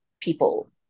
people